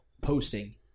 posting